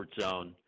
zone